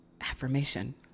affirmation